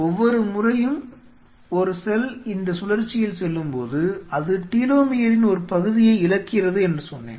ஒவ்வொரு முறையும் ஒரு செல் இந்த சுழற்சியில் செல்லும்போது அது டீலோமியரின் ஒரு பகுதியை இழக்கிறது என்று சொன்னேன்